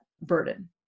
burden